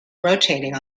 rotating